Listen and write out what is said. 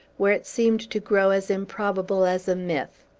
where it seemed to grow as improbable as a myth.